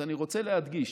אז אני רוצה להדגיש: